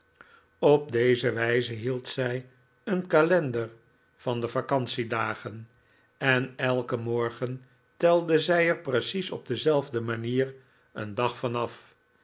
op deze wijze hield zij een kalender van de vacantiedagen en elken morgen telde zij er precies op dezelfde manier een dag van